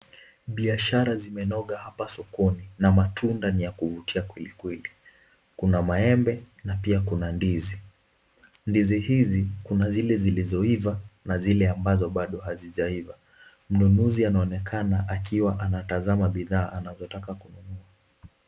Biashara zimenoga hapa sokoni na matunda ni ya kuvutia kweli kweli kuna maembe na pia kuna ndizi. Ndizi hizi kuna zile zilizoiva na zile ambazo bado hazijaiva mnunuzi anaonekana akiwa anatazama bidhaa anavyotaka kununua.